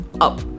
up